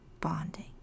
bonding